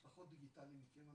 אנחנו פחות דיגיטליים מכם,